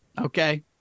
okay